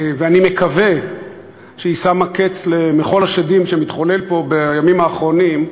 ואני מקווה שהיא שמה קץ למחול השדים שמתחולל פה בימים האחרונים,